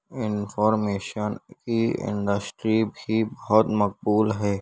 information کی industry بھی بہت مقبول ہے